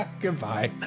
Goodbye